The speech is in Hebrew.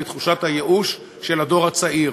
בתחושת הייאוש של הדור הצעיר.